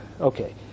Okay